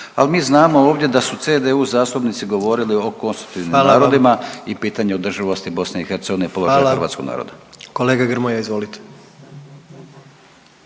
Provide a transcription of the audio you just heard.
Al mi znamo ovdje da su CDU zastupnici govorili o konstitutivnim narodima i pitanju održivosti BiH i položaju hrvatskog naroda.